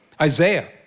Isaiah